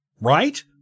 Right